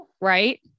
Right